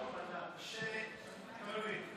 שאתה מבין,